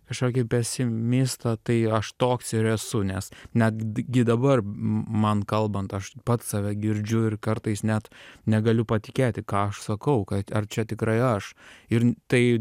kažkokį pesimistą tai aš toks ir esu nes net dgi dabar m man kalbant aš pats save girdžiu ir kartais net negaliu patikėti ką aš sakau kad ar čia tikrai aš ir tai